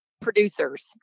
producers